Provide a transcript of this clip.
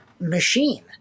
machine